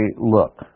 look